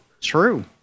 True